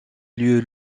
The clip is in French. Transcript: lieu